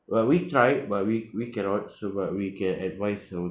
well we tried but we we cannot so but we can advise our